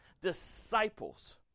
disciples